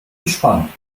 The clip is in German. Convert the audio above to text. gespannt